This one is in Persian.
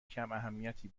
کماهمیتی